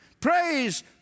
Praise